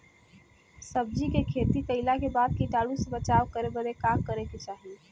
सब्जी के खेती कइला के बाद कीटाणु से बचाव करे बदे का करे के चाही?